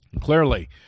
Clearly